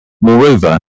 Moreover